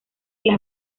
las